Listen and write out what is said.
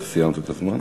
אתה סיימת את הזמן.